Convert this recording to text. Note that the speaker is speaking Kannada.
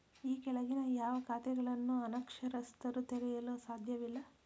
ಈ ಕೆಳಗಿನ ಯಾವ ಖಾತೆಗಳನ್ನು ಅನಕ್ಷರಸ್ಥರು ತೆರೆಯಲು ಸಾಧ್ಯವಿಲ್ಲ?